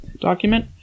document